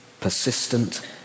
persistent